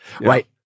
right